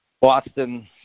Boston